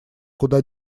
куда